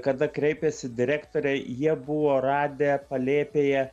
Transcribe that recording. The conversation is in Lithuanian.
kada kreipėsi direktoriai jie buvo radę palėpėje